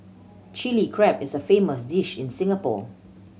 Chilli Crab is a famous dish in Singapore